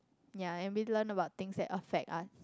ya and we learn about things that affect us